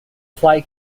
fly